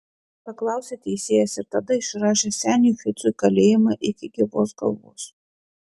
paklausė teisėjas ir tada išrašė seniui ficui kalėjimą iki gyvos galvos